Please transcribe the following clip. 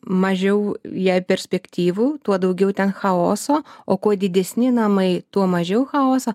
mažiau jai perspektyvų tuo daugiau ten chaoso o kuo didesni namai tuo mažiau chaoso